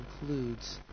includes